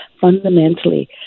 fundamentally